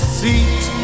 seat